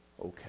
okay